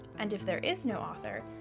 and if there is no author,